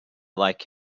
like